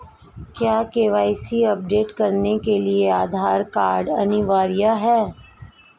क्या KYC update करने के लिए आधार कार्ड अनिवार्य है?